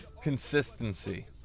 consistency